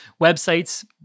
websites